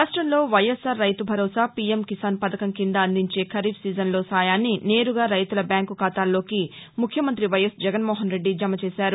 రాష్టంలో వైఎస్సార్ రైతు భరోసా పీఎం కిసాన్ పథకం కింద అందించే ఖరీఫ్ సీజన్లో సాయాన్ని నేరుగా రైతుల బ్యాంకు ఖాతాల్లోకి ముఖ్యమంత్రి వైఎస్ జగన్నోహన్ రెద్ది జమ చేశారు